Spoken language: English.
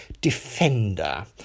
defender